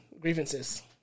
Grievances